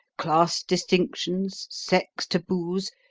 class distinctions, sex taboos,